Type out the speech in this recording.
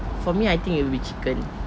for me I think it'll be chicken